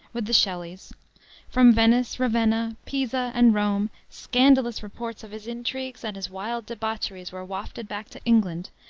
with the shelleys from venice, ravenna, pisa, and rome, scandalous reports of his intrigues and his wild debaucheries were wafted back to england,